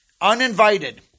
uninvited